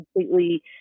completely